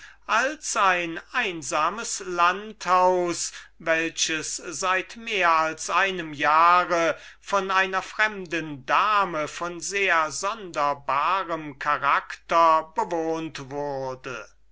als ein einsames landhaus welches seit mehr als einem jahr von einer fremden dame von sehr sonderbarem charakter bewohnt wurde